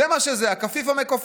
זה מה שזה, הכפיף המכופף.